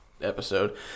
episode